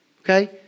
okay